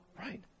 Right